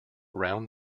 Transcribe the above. round